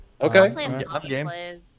Okay